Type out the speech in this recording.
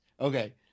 Okay